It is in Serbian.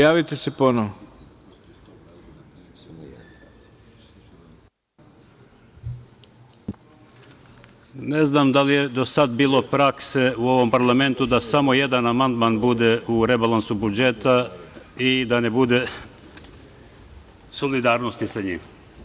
Ne znam da li je do sada bila praksa u ovom parlamentu da samo jedan amandman bude u rebalansu budžeta i da ne bude solidarnosti sa njim.